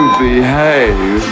behave